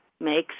makes